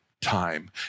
time